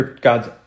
God's